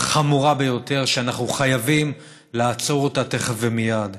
חמורה ביותר שאנחנו חייבים לעצור אותה תכף ומייד.